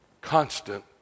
constant